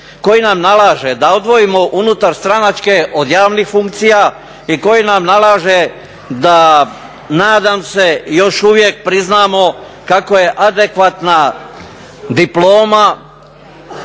koji nam nalaže da odvojimo unutarstranačke od javnih funkcija i koji nam nalaže da nadam se još uvijek priznamo kako je adekvatna diploma